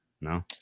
No